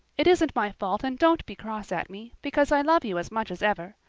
it isn't my fault and don't be cross at me, because i love you as much as ever.